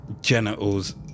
genitals